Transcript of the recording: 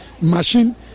machine